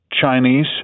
Chinese